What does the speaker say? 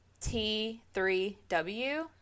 T3W